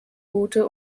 gute